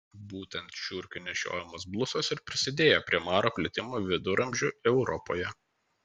būtent žiurkių nešiojamos blusos ir prisidėjo prie maro plitimo viduramžių europoje